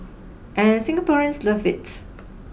and Singaporeans love it